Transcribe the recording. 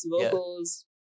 vocals